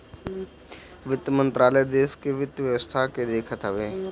वित्त मंत्रालय देस के वित्त व्यवस्था के देखत हवे